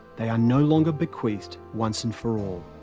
they are no longer bequeathed once-and-for-all.